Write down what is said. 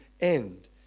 end